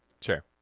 Sure